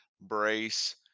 brace